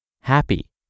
happy